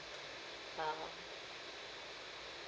uh